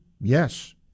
Yes